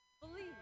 believe